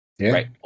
right